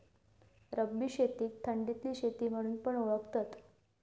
रब्बी शेतीक थंडीतली शेती म्हणून पण ओळखतत